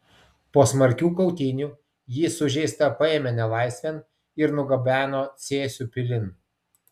po smarkių kautynių jį sužeistą paėmė nelaisvėn ir nugabeno cėsių pilin